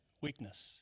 weakness